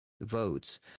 votes